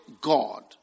God